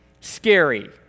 scary